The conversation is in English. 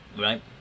Right